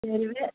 சரி விடு